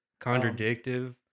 contradictive